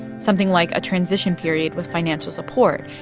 something like a transition period with financial support.